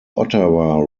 ottawa